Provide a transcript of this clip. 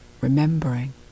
remembering